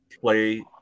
play